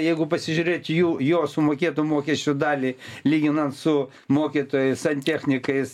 jeigu pasižiūrėt jų jo sumokėtų mokesčių dalį lyginant su mokytojais santechnikais